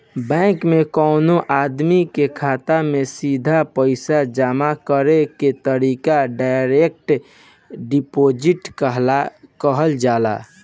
bank में कवनो आदमी के खाता में सीधा पईसा जामा करे के तरीका डायरेक्ट डिपॉजिट कहल जाला